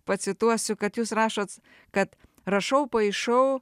pacituosiu kad jūs rašot kad rašau paišau